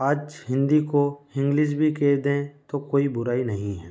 आज हिंदी को हिंग्लिश भी कह दें तो कोई बुराई नहीं है